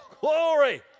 Glory